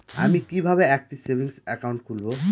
আমি কিভাবে একটি সেভিংস অ্যাকাউন্ট খুলব?